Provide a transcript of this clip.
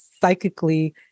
psychically